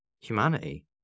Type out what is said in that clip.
humanity